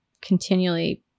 continually –